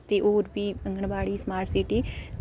ते होर बी अंगनबाड़ी स्मार्ट सिटी